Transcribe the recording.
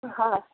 হ্যাঁ